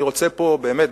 אני רוצה פה באמת,